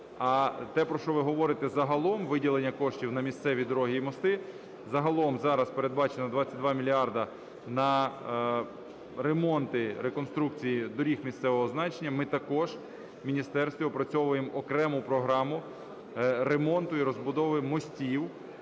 А те, про що ви говорити загалом, виділення коштів на місцеві дороги і мости, загалом зараз передбачено 22 мільярди на ремонти, реконструкцію доріг місцевого значення. Ми також в міністерстві опрацьовуємо окрему програму ремонту і розбудови мостів,